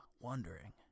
wondering